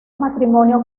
matrimonio